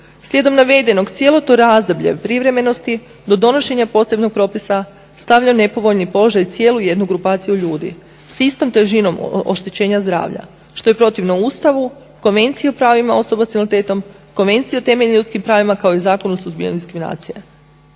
Slijedom navedenog cijelo to razdoblje privremenosti do donošenja posebnog propisa stavlja u nepovoljan položaj cijelu jednu grupaciju ljudi s istom težinom oštećenja zdravlja što je protivno Ustavu, Konvenciji o pravima osoba sa invaliditetom, Konvenciju o temeljnim ljudskim pravima kao i Zakon o suzbijanju diskriminacije.